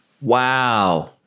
Wow